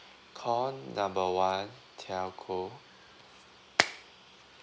call number one telco